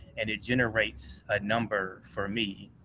and it generates a number for me.